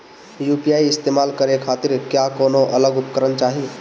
UPI इस्तेमाल करने खातिर क्या कौनो अलग उपकरण चाहीं?